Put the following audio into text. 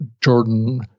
Jordan